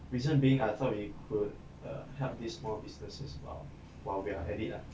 reason being I thought we could err help these small businesses while while we're at it ah